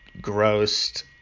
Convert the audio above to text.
grossed